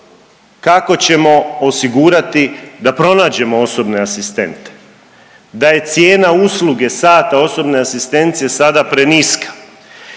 kako ćemo osigurati da pronađemo osobne asistente, da je cijena usluge sata osobne asistencije sada preniska